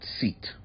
seat